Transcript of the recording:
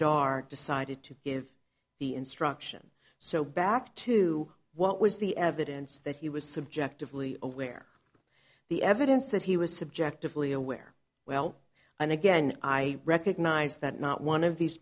daughter decided to give the instruction so back to what was the evidence that he was subjectively aware the evidence that he was subjectively aware well and again i recognize that not one of these